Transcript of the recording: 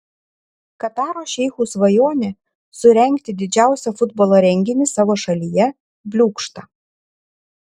kataro šeichų svajonė surengti didžiausią futbolo renginį savo šalyje bliūkšta